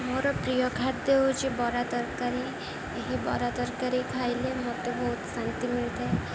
ମୋର ପ୍ରିୟ ଖାଦ୍ୟ ହେଉଛି ବରା ତରକାରୀ ଏହି ବରା ତରକାରୀ ଖାଇଲେ ମୋତେ ବହୁତ ଶାନ୍ତି ମିଳିଥାଏ